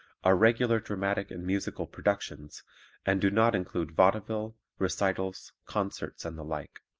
are regular dramatic and musical productions and do not include vaudeville, recitals, concerts and the like.